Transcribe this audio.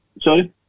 sorry